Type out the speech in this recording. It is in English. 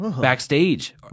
backstage